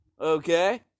okay